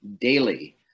daily